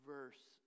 verse